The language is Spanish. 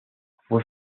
fue